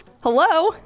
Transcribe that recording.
hello